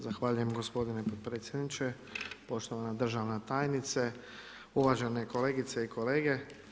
Zahvaljujem gospodine potpredsjedniče, poštovana državna tajnice, uvažene kolegice i kolege.